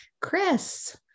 Chris